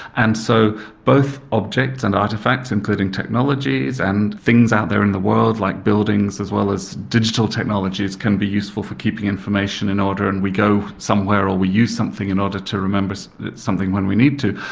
and so both objects and artefacts including technologies and things out there in the world like buildings as well as digital technologies can be useful for keeping information in order and we go somewhere and we use something in order to remember something when we need to.